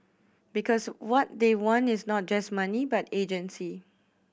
because what they want is not just money but agency